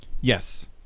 Yes